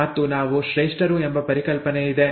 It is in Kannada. ಮತ್ತು ನಾವು ಶ್ರೇಷ್ಠರು ಎಂಬ ಪರಿಕಲ್ಪನೆ ಇದೆ